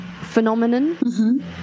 phenomenon